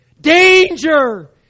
danger